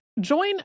Join